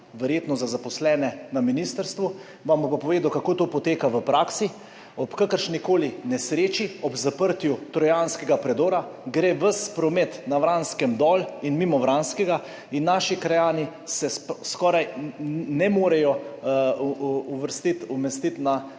verjetno za zaposlene na ministrstvu. Vam bom pa povedal, kako to poteka v praksi. Ob kakršnikoli nesreči ob zaprtju Trojanskega predora gre ves promet na Vranskem dol in mimo Vranskega in naši krajani se skoraj ne morejo uvrstiti na